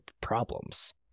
problems